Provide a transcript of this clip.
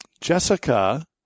Jessica